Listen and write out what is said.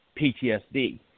PTSD